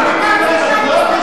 היהודים?